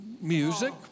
music